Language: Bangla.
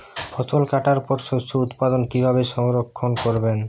ফসল কাটার পর শস্য উৎপাদন কিভাবে সংরক্ষণ করবেন?